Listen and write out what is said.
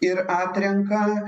ir atrenka